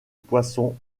poissons